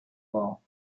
law